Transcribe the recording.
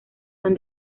son